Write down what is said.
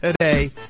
today